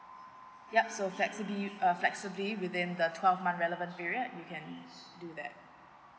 yup so flexibi~ uh flexibly within the twelve month relevant period you can do that